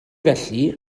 felly